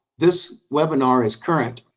this webinar is current.